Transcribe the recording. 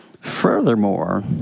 Furthermore